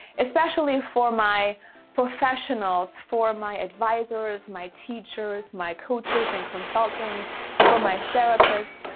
especially for my professionals, for my advisors, my teachers, my coaches, and consultants for my therapists,